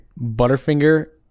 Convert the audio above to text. Butterfinger